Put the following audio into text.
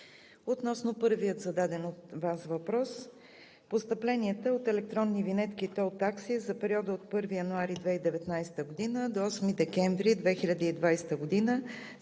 Относно първия зададен от Вас въпрос. Постъпленията от електронни винетки и тол такси за периода от 1 януари 2019 г. до 8 декември 2020 г.